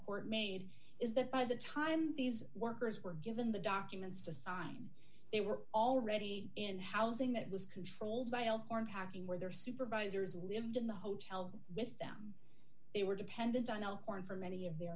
court made is that by the time these workers were given the documents to sign they were already in housing that was controlled by aren't having where their supervisors lived in the hotel with them they were dependent on elkhorn for many of their